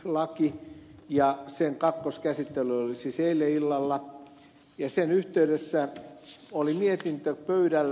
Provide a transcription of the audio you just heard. sen kakkoskäsittely oli siis eilen illalla ja sen yhteydessä oli mietintö pöydällä